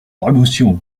promotion